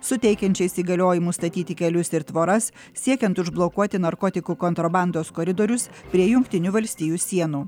suteikiančiais įgaliojimus statyti kelius ir tvoras siekiant užblokuoti narkotikų kontrabandos koridorius prie jungtinių valstijų sienų